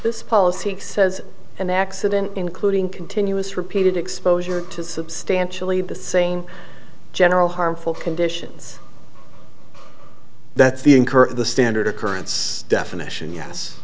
this policy says an accident including continuous repeated exposure to substantially the same general harmful conditions that the incur the standard occurrence definition yes